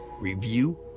review